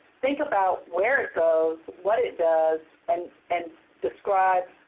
think about where it goes, what it does, and and describe